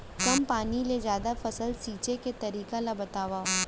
कम पानी ले जादा फसल सींचे के तरीका ला बतावव?